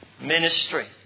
ministry